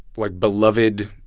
like, beloved,